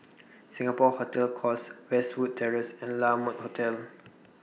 Singapore Hotel Course Westwood Terrace and La Mode Hotel